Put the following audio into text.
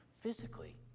physically